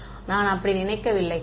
மாணவர் நான் அப்படி நினைக்கவில்லை